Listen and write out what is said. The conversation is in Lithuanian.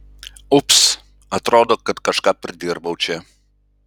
ups atrodo kad kažką pridirbau čia